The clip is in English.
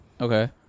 Okay